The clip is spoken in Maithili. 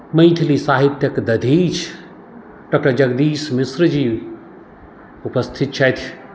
मैथिली साहित्यक दधीचि डॉक्टर जगदीश मिश्र जी उपस्थित छथि